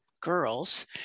girls